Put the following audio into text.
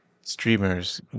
streamers